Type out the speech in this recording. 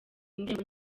ndirimbo